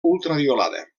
ultraviolada